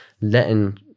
letting